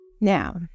Now